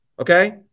Okay